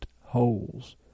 holes